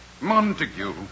Montague